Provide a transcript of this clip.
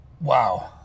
Wow